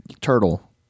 turtle